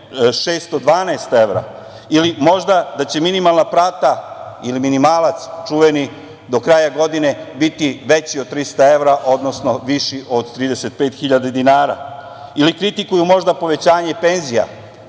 612 evra ili možda da će minimalna plata ili minimalac čuveni do kraja godine biti veći od 300 evra, odnosno viši od 35.000 dinara? Ili kritikuju možda povećanje penzija?